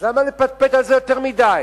אז למה לפטפט על זה יותר מדי?